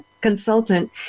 consultant